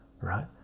right